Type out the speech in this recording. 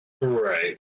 Right